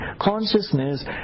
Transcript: Consciousness